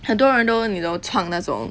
很多人都 you know 创那种